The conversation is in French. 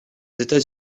états